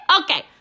Okay